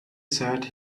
said